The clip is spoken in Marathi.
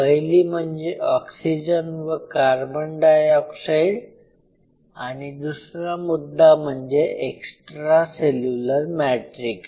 पहिली म्हणजे ऑक्सिजन व कार्बन डायऑक्साईड आणि दूसरा मुद्दा म्हणजे एक्स्ट्रा सेल्युलर मॅट्रिक्स